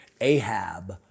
Ahab